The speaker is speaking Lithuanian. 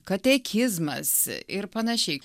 katekizmas ir panašiai